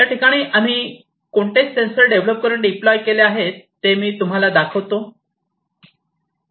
याठिकाणी आम्ही कोणते सेंसर डेव्हलप करून डिप्लॉय केले आहे ते मी तुम्हाला दाखवितो